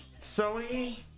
Sony